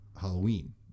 Halloween